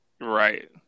right